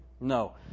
No